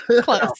Close